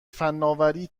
فنآوری